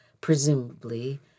presumably